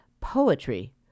poetry